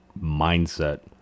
mindset